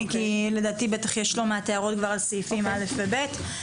כי לדעתי יש לא מעט הערות כבר על סעיפים (א) ו-(ב).